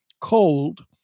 cold